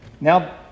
Now